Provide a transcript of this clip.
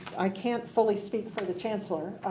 i can't fully speak for the chancellor.